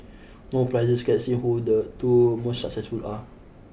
no prizes guessing who the two most successful are